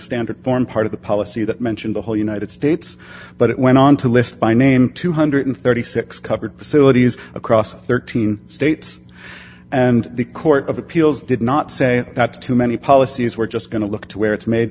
standard form part of the policy that mention the whole united states but it went on to list by name two hundred and thirty six dollars covered facilities across thirteen states and the court of appeals did not say that's too many policies we're just going to look to where it's made